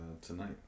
tonight